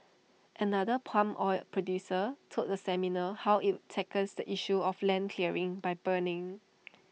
another palm oil producer told the seminar how IT tackles the issue of land clearing by burning